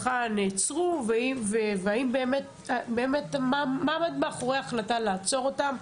המשפחה נעצרו ומה עמד מאחורי ההחלטה לעצור אותם,